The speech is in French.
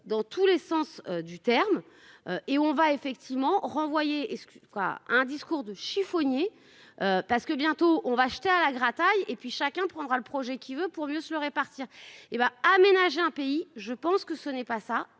Dans tous les sens du terme. Et où on va effectivement renvoyer et ce que quoi, un discours de chiffonniers. Parce que bientôt on va acheter à la grattage et puis chacun prendra le projet qui veut pour mieux se le répartir et ben aménager un pays, je pense que ce n'est pas ça.